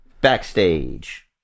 Backstage